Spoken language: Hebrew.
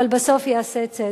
אבל בסוף ייעשה צדק.